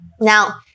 Now